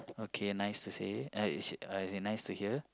okay nice to say uh as as in nice to hear